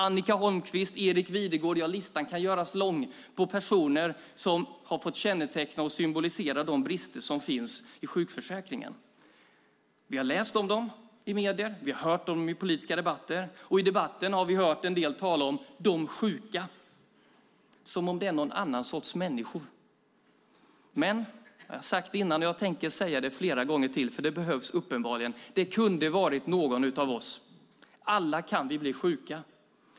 Annica Holmquist, Erik Videgård - listan på personer som har fått känneteckna och symbolisera de brister som finns i sjukförsäkringen kan göras lång. Vi har läst om dem i medierna och hört om dem i politiska debatter, och i debatten har vi hört en del tala om "de sjuka" som om det vore någon annan sorts människor. Men - jag har sagt det förut, och jag tänker säga det igen, för det behövs uppenbarligen - det kunde ha varit någon av oss. Alla kan vi bli sjuka.